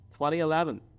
2011